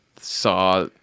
saw